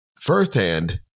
firsthand